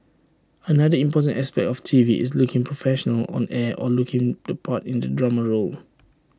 another important aspect of T V is looking professional on air or looking the part in A drama role